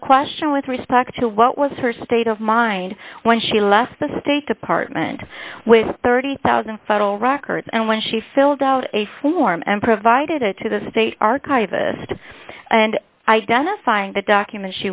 the question with respect to what was her state of mind when she left the state department with thirty thousand records and when she filled out a form and provided it to the state archivist and identifying the document